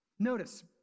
Notice